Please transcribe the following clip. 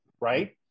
right